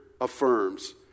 affirms